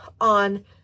on